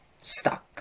stuck